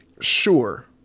sure